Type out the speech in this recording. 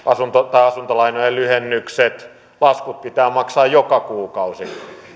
tai asuntolainojen lyhennykset laskut pitää maksaa joka kuukausi